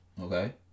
Okay